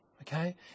Okay